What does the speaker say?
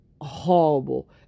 horrible